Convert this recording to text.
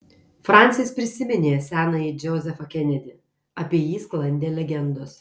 fransis prisiminė senąjį džozefą kenedį apie jį sklandė legendos